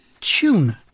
Tune